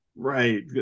right